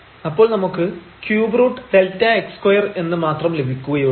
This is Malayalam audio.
അപ്പോൾ നമുക്ക് ∛Δx2 എന്ന് മാത്രം ലഭിക്കുകയുള്ളൂ